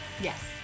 yes